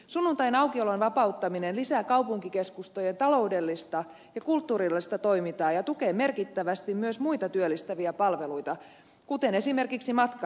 sunnuntain aukiolon vapauttaminen lisää kaupunkikeskustojen taloudellista ja kultturellista toimintaa ja tukee merkittävästi myös muita työllistäviä palveluita kuten esimerkiksi matkailua